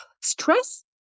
stress